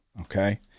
Okay